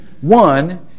One